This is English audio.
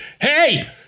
hey